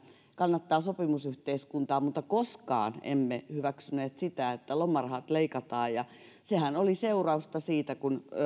kannattaa sopimusyhteiskuntaa mutta koskaan emme hyväksyneet sitä että lomarahat leikataan sehän oli seurausta siitä että